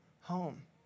home